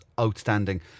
outstanding